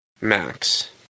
max